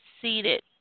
seated